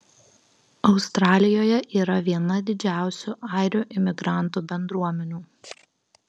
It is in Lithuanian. australijoje yra viena didžiausių airių imigrantų bendruomenių